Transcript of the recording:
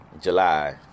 July